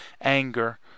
anger